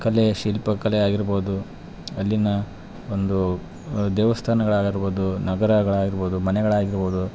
ಕಲೆ ಶಿಲ್ಪ ಕಲೆಯಾಗಿರ್ಬೋದು ಅಲ್ಲಿನ ಒಂದು ದೇವಸ್ಥಾನಗಳಾಗಿರ್ಬೋದು ನಗರಗಳಾಗಿರ್ಬೋದು ಮನೆಗಳಾಗಿರ್ಬೋದು